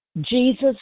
Jesus